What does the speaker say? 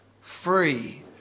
free